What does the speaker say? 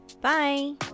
bye